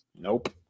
Nope